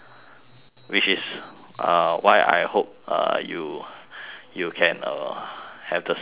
which is uh why I hope uh you you can uh have the same thing lah